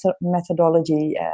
methodology